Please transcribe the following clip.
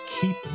keep